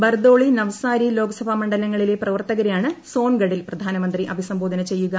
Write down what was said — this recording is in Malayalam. ബർദോളി നവ്സാരി ല്ലോക്സഭാ മണ്ഡലങ്ങളിലെ പ്രവർത്തകരെയാണ് സ്മോൺഗഡിൽ പ്രധാനമന്ത്രി അഭിസംബോധന ചെയ്യുക